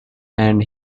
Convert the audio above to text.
and